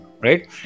right